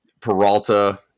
Peralta